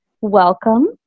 Welcome